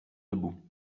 debout